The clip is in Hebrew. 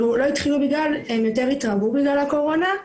לא התחילו בגלל, הם יותר התרבו בגלל הקורונה.